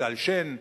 מגדל השן,